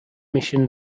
mission